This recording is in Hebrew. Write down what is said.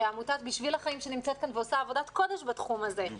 ועמותת בשביל החיים שנמצאת כאן ועושה עבודת קודש בתחום הזה.